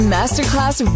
Masterclass